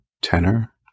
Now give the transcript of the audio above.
Tenor